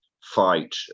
fight